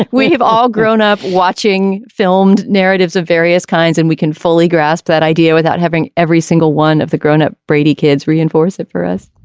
we've all grown up watching filmed narratives of various kinds and we can fully grasp that idea without having every single one of the grown up brady kids reinforce it for us